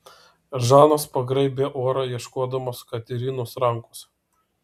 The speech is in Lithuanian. žanas pagraibė orą ieškodamas katerinos rankos